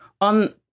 on